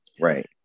Right